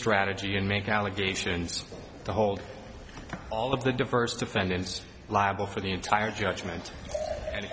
strategy and make allegations to hold all of the diverse defendants liable for the entire judgment and